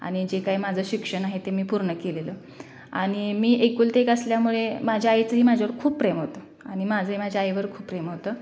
आणि जे काय माझं शिक्षण आहे ते मी पूर्ण केलेलं आणि मी एकुलती एक असल्यामुळे माझ्या आईचंही माझ्यावर खूप प्रेम होतं आणि माझंही माझ्या आईवर खूप प्रेम होतं